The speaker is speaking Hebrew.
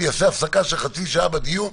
אני אעשה הפסקה של חצי שעה בדיון,